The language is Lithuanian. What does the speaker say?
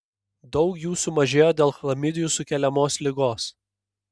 daug jų sumažėjo dėl chlamidijų sukeliamos ligos